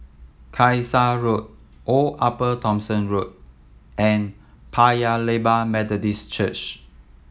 Kasai Road Old Upper Thomson Road and Paya Lebar Methodist Church